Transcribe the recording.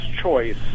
choice